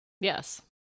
Yes